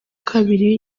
kabiri